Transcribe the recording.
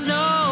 no